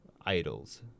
idols